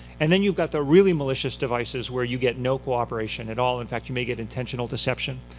and then you've got the really malicious devices where you get no cooperation at all. in fact, you may get intentional deception.